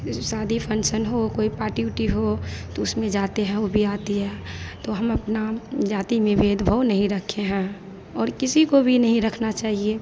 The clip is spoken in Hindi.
जैसे शादी फन्क्शन हो कोई पार्टी उर्टी हो तो उसमें जाते हैं वह भी आती है तो हम अपना जाति में भेदभाव नहीं रखे हैं और किसी को भी नहीं रखना चाहिए